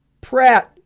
Pratt